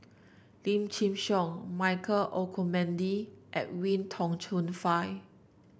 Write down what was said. Lim Chin Siong Michael Olcomendy and Edwin Tong Chun Fai